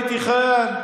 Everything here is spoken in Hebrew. הייתי חייל,